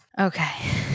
Okay